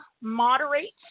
moderates